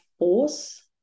force